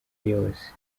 yose